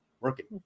working